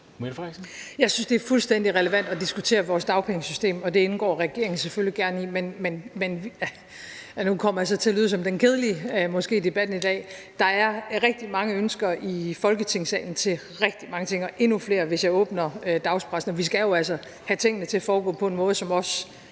Jeg synes, det er fuldstændig relevant at diskutere vores dagpengesystem, og det indgår regeringen selvfølgelig gerne i, men – og nu kommer jeg så måske til at lyde som den kedelige i debatten i dag – der er rigtig mange ønsker i Folketingssalen til rigtig mange ting og endnu flere, hvis jeg åbner dagspressen. Og vi skal jo altså have tingene til at foregå på en måde, som er